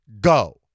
go